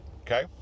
okay